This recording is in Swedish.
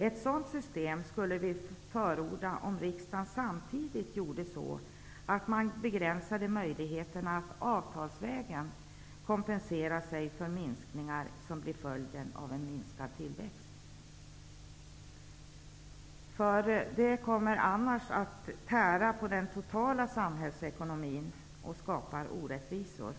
Ett sådant system skulle vi förorda om riksdagen samtidigt medverkade till att begränsa möjligheterna till att avtalsvägen kompensera sig för minskningar till följd av en lägre tillväxt. Det kommer annars att tära på den totala samhällsekonomin och skapa orättvisor.